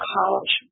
College